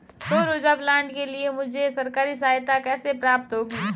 सौर ऊर्जा प्लांट के लिए मुझे सरकारी सहायता कैसे प्राप्त होगी?